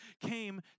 came